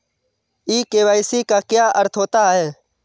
ई KYC का क्या अर्थ होता है?